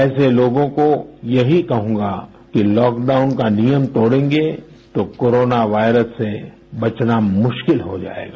ऐसे लोगों को यही कहूंगा कि लॉकडाउन का नियम तोड़ेंगे तो कोरोना वायरस से बचना मुश्किल हो जायेगा